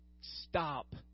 stop